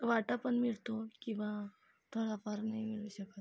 वाटा पण मिळतो किंवा थोडाफार नाही मिळू शकत